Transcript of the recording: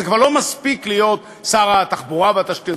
זה כבר לא מספיק להיות שר התחבורה והתשתיות,